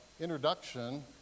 introduction